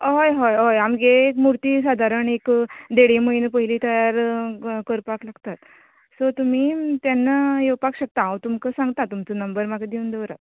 हय हय हय आमगे मुर्ती साधारण एक देडे म्हयनो पयली तयार करपाक लागता सो तुमी तेन्ना येवपाक शकता हांव तुमका सांगता तुमचो नंबर दिवन दवरा